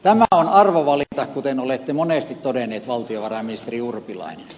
tämä on arvovalinta kuten olette monesti todennut valtiovarainministeri urpilainen